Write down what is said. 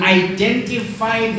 identify